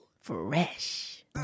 Fresh